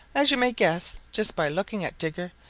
as you may guess just by looking at digger,